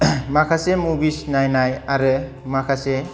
माखासे मुबिस नायनाय आरो माखासे